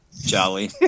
Jolly